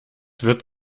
wird